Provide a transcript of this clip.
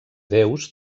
déus